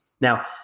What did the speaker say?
Now